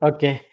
Okay